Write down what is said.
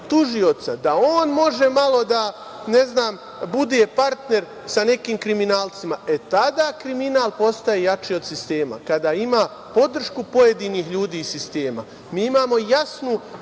tužioca da on može malo, ne znam, bude partner sa nekim kriminalcima. Kriminal postaje jači od sistema kada ima podršku pojedinih ljudi iz sistema. Mi imamo jasnu